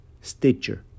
Stitcher